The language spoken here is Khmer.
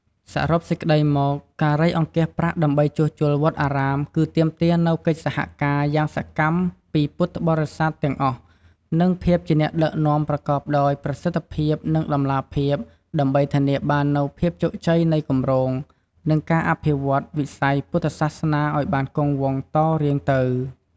សរុបសេចក្តីមក ការរៃអង្គាសប្រាក់ដើម្បីជួសជុលវត្តអារាម គឺទាមទារនូវ កិច្ចសហការយ៉ាងសកម្មពីពុទ្ធបរិស័ទទាំងអស់ និង ភាពជាអ្នកដឹកនាំប្រកបដោយប្រសិទ្ធភាព និងតម្លាភាព ដើម្បីធានាបាននូវភាពជោគជ័យនៃគម្រោង និងការអភិវឌ្ឍន៍វិស័យពុទ្ធសាសនាឱ្យបានគង់វង្សតរៀងទៅ។